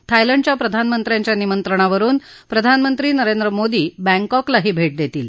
थायलंडच्या प्रधानमंत्र्यांच्या निमंत्रणावरुन प्रधानमंत्री नरेंद्र मोदी बॅकॉकला भेट देतील